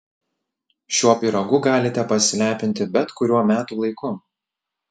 šiuo pyragu galite pasilepinti bet kuriuo metų laiku